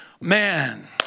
Man